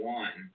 one